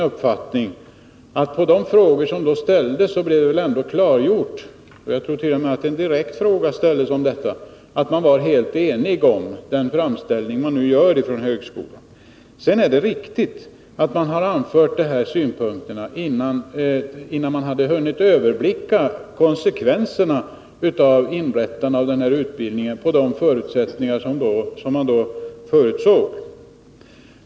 Genom de frågor som ställdes blev det enligt min uppfattning klarlagt att man var helt ense om de framställningar som högskolan nu gör. Det är riktigt att man har anfört dessa synpunkter innan man riktigt hade hunnit överblicka konsekvenserna av inrättandet av den här utbildningen enligt de förutsättningar som kunde förutses.